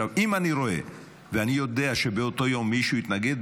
אם אני רואה ואני יודע שבאותו יום מישהו התנגד,